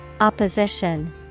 Opposition